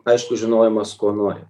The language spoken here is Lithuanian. aišku žinojimas ko nori